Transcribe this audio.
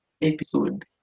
episode